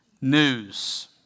news